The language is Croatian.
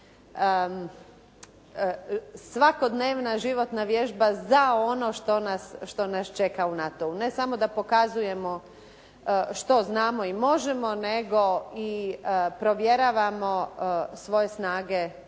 svakodnevna životna vježba za ono što nas čeka u NATO-u. Ne samo da pokazujemo što znamo i možemo, nego i provjeravamo svoje snage